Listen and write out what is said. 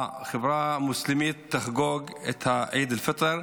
החברה המוסלמית תחגוג את עיד אל-פיטר,